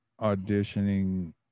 auditioning